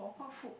what food